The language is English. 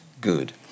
good